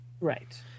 Right